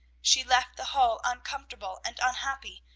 she left the hall uncomfortable and unhappy,